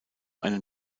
einem